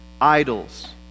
idols